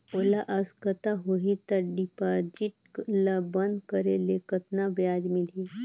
मोला आवश्यकता होही त डिपॉजिट ल बंद करे ले कतना ब्याज मिलही?